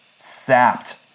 sapped